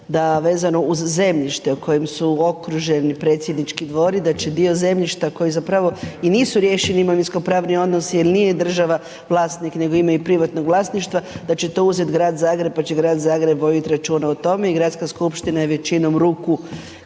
da vezano uz zemljište u kojem su okruženi predsjednički dvori, da će dio zemljišta koji zapravo i nisu riješeni imovinsko pravni odnosi jel nije država vlasnik nego ima i privatnog vlasništva, da će to uzet Grad Zagreb, pa će Grad Zagreb vodit računa o tome i Gradska skupština je većinom ruku